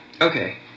Okay